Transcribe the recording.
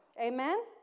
Amen